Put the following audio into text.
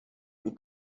were